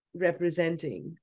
representing